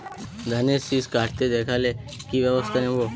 ধানের শিষ কাটতে দেখালে কি ব্যবস্থা নেব?